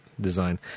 design